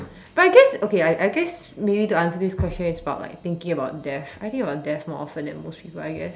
but I guess okay I I guess we need to answer this question is part of like thinking about death I think about death more often than most people I guess